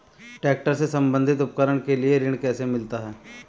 Tractor से संबंधित उपकरण के लिए ऋण कैसे मिलता है?